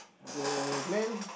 the man